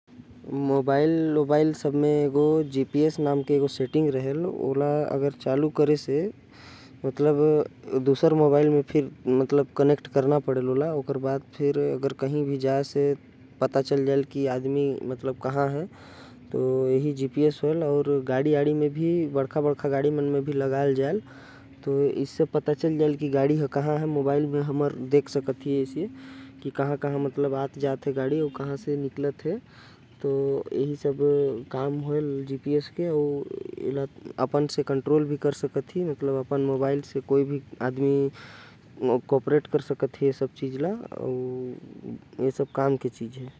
मोबाइल मन म जीपीएस नाम के एक ठो सेटिंग होथे। जेकर म कोई भी एक दूसर के लोकेशन ट्रेस कर सकत हवे। दूसर के फ़ोन म सेटिंग करे के बाद जब ओ इंसान कही भी जाहि। तो ओ कहा है सब फ़ोन म पता चलहि। बड़का गाड़ी मन म भी आजकल जीपीएस लगे रहथे। जेकर मदद से गाड़ी के भी पता लगाये जा सकत। हवे की गाड़ी केजग होही।